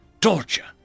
torture